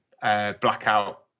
blackout